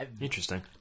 interesting